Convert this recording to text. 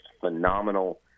phenomenal